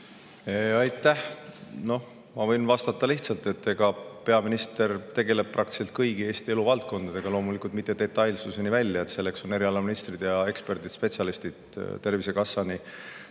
et peaminister tegeleb praktiliselt kõigi Eesti elu valdkondadega, loomulikult mitte detailsuseni välja, sest selleks on ministrid ja eksperdid-spetsialistid Tervisekassa,